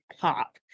pop